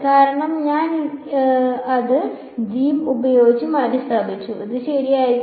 കാരണം ഞാൻ അത് g ഉപയോഗിച്ച് മാറ്റിസ്ഥാപിച്ചു ഇത് ശരിയായിരിക്കും